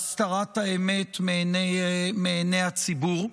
והסתרת האמת מעיני הציבור,